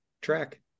track